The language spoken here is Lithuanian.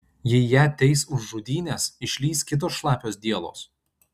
jei ją teis už žudynes išlįs kitos šlapios dielos